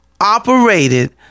operated